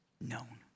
known